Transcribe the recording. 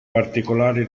particolari